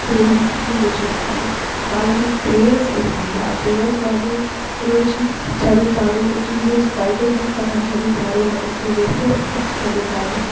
దేవునికి పూజ చేస్తారు వాళ్ళవి ప్రేయర్స్ ఉంటాయి ఆ ప్రేయర్స్ వాళ్ళు రోజు చదువుతారు జీసస్ బైబిల్ బుక్ అయినా చదువుతారు లేదంటే వేరే వేరే బుక్స్ చదువుతారు